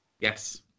Yes